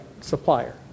supplier